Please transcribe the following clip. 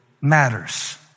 matters